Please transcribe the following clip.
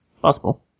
possible